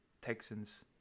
Texans